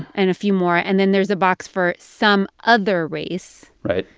and a few more. and then there's a box for some other race. right.